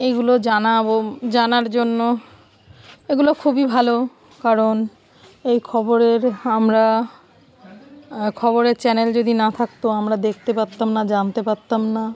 এইগুলো জানাবো জানার জন্য এগুলো খুবই ভালো কারণ এই খবরের আমরা খবরের চ্যানেল যদি না থাকতো আমরা দেখতে পারতাম না জানতে পারতাম না